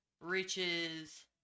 reaches